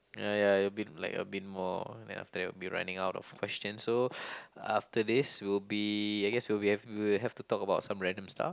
uh ya a bit like a bit more then after that we will be running out of question so after this we'll be I guess we will have we will have to talk about some random stuff